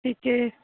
ਠੀਕ ਹੈ